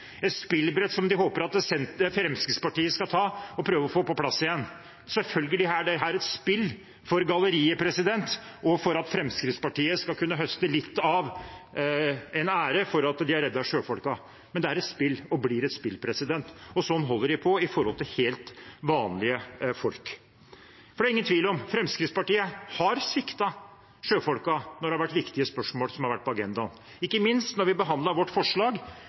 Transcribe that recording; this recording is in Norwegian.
et spillbrett som de håper Fremskrittspartiet skal ta og prøve å få på plass igjen. Selvfølgelig er dette et spill for galleriet, og for at Fremskrittspartiet skal kunne høste litt av æren for at de har reddet sjøfolkene. Men det er og blir et spill, og sånn holder de på med helt vanlige folk. Det er ingen tvil om at Fremskrittspartiet har sviktet sjøfolkene når det har vært viktige spørsmål på agendaen, ikke minst da vi behandlet vårt forslag